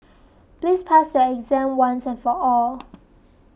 please pass your exam once and for all